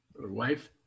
Wife